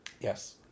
Yes